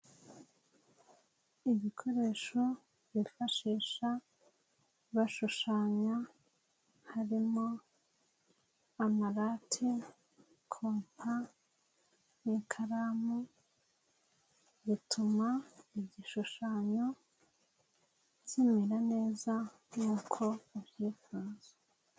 Ibikoresho bifashisha bashushanya harimo amarate, kompa nikaramu bituma igishushanyo kimera neza nkuko ubyifuza.